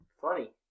funny